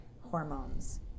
hormones